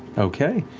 okay.